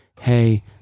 hey